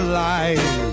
life